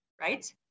right